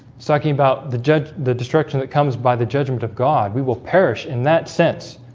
talking about the judge the destruction that comes by the judgment of god we will perish in that sense